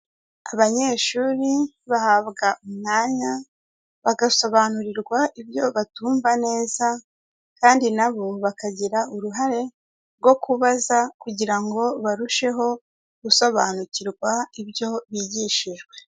Abanyeshuri bahabwa umwanya, bagasobanurirwa ibyo batumva neza, kandi na bo bakagira uruhare rwo kubaza kugira ngo barusheho gusobanukirwa ibyo bigishijwe.